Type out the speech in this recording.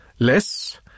Less